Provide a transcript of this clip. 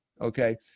Okay